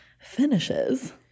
finishes